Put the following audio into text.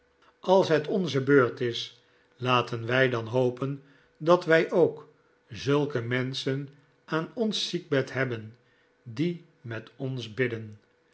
als het onze beurt is laten wij dan hopen dat wij ook zulke menschen aan ons ziekbed hebben die met ons bidden